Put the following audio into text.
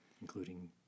including